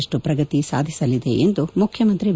ರಷ್ಟು ಪ್ರಗತಿಯನ್ನು ಸಾಧಿಸಲಿದೆ ಎಂದು ಮುಖ್ಯಮಂತ್ರಿ ಬಿ